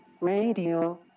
Radio